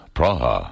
Praha